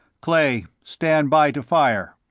clay, stand by to fire.